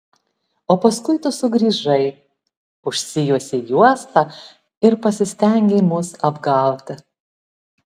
o paskui tu sugrįžai užsijuosei juostą ir pasistengei mus apgauti